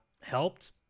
helped